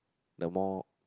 the more